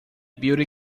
beauty